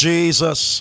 Jesus